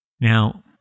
Now